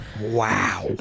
Wow